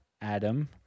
Adam